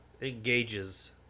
engages